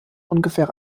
ungefähr